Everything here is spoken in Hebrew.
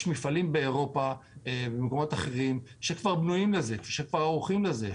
יש מפעלים באירופה ובמקומות אחרים שכבר בנויים וערוכים לזה,